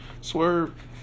Swerve